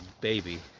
baby